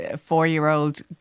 four-year-old